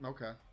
Okay